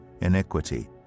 iniquity